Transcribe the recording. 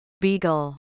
Beagle